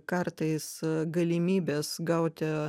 kartais galimybės gauti